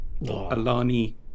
alani